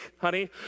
Honey